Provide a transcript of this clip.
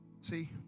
See